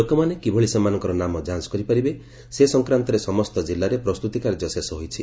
ଲୋକମାନେ କିଭଳି ସେମାନଙ୍କର ନାମ ଯାଞ୍ଚ୍ କରିପାରିବେ ସେ ସଂକ୍ରାନ୍ତରେ ସମସ୍ତ ଜିଲ୍ଲାରେ ପ୍ରସ୍ତୁତି କାର୍ଯ୍ୟ ଶେଷ ହୋଇଛି